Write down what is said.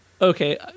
Okay